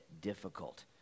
difficult